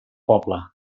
poble